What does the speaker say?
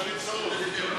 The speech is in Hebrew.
הסתייגות מס'